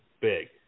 big